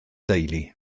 deulu